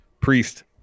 Priest